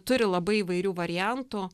turi labai įvairių variantų